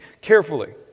carefully